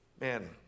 Man